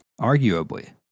arguably